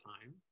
time